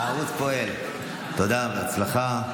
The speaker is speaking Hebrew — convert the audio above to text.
בהצלחה.